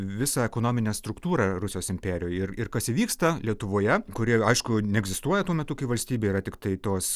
visą ekonominę struktūrą rusijos imperijoj ir ir kas įvyksta lietuvoje kuri aišku neegzistuoja tuo metu kai valstybė yra tiktai tos